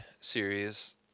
series